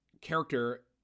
character